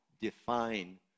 define